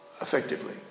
effectively